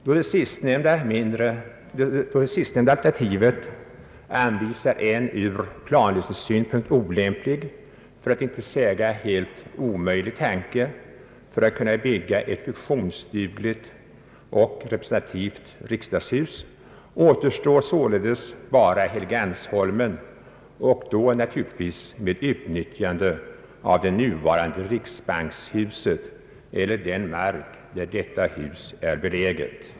Då det sistnämnda alternativet är ur planlösningssynpunkt olämpligt för att inte säga helt omöjligt när det gäller att bygga ett funktionsdugligt och representativt riksdagshus, återstår sålunda endast Helgeandsholmen med utnyttjande av det nuvarande riksbankshuset eller den mark där detta hus är beläget.